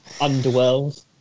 Underworld